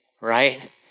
right